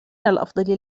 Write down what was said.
الأفضل